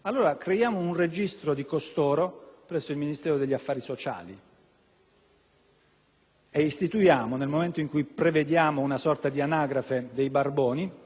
e stabiliamo, nel momento in cui prevediamo una sorta di anagrafe dei barboni, anche una serie di conseguenze per loro positive dell'iscrizione in questo registro.